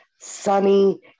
sunny